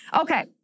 Okay